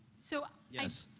so, i yes.